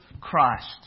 Christ